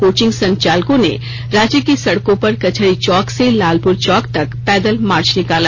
coaching संचालकों ने रांची की सड़कां पर कचहरी चौक से लालपुर चौक तक पैदल मार्च निकाला